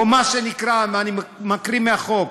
או מה שנקרא, אני מקריא מהחוק,